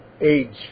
age